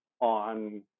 on